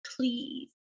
please